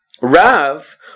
Rav